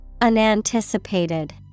Unanticipated